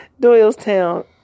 Doylestown